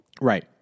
Right